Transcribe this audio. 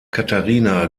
katharina